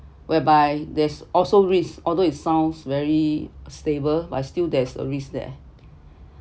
whereby there's also risk although it sounds very stable but still there's a risk there